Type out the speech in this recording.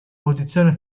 posizione